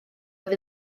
oedd